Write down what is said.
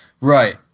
Right